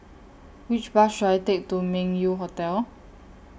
Which Bus should I Take to Meng Yew Hotel